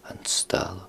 ant stalo